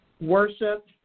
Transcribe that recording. worship